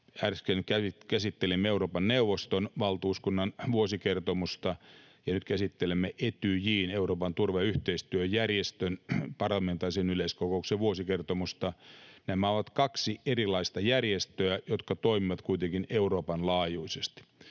Äsken käsittelimme Euroopan neuvoston valtuuskunnan vuosikertomusta, ja nyt käsittelemme Etyjin, Euroopan turvallisuus- ja yhteistyöjärjestön, parlamentaarisen yleiskokouksen vuosikertomusta. Nämä ovat kaksi erilaista järjestöä, jotka toimivat kuitenkin Euroopan laajuisesti.